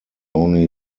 only